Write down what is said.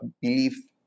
belief